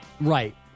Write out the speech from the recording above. Right